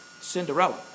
Cinderella